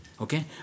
Okay